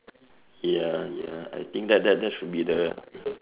ya ya I think that that should be the